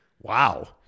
Wow